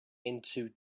into